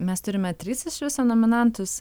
mes turime tris iš viso nominantus